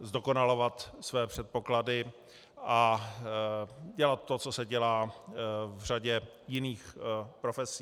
zdokonalovat své předpoklady a dělat to, co se dělá v řadě jiných profesí.